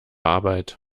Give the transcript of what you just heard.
arbeit